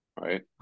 Right